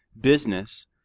business